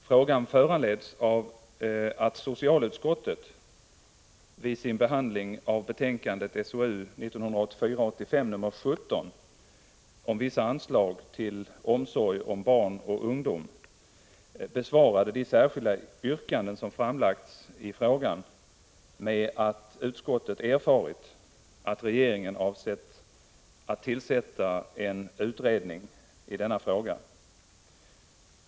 Frågan föranleds av att socialutskottet vid sin behandling av betänkandet om vissa anslag till omsorg om barn och ungdom besvarade de särskilda yrkanden som framlagts i frågan med att utskottet erfarit att regeringen avsett att tillsätta en utredning i denna fråga.